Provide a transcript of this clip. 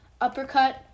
Uppercut